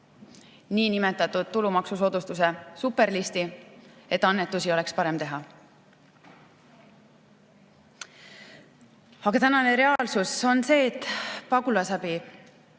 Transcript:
niinimetatud tulumaksusoodustuse superlisti, et annetusi oleks parem teha. Aga tänane reaalsus on see, et Pagulasabi,